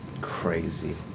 Crazy